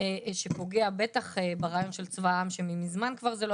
שפוגע בטח ברעיון של צבא העם,